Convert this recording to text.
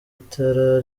itara